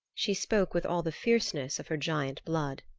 she spoke with all the fierceness of her giant blood.